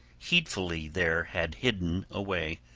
heedfully there had hidden away,